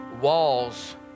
Walls